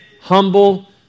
humble